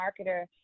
marketer